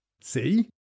See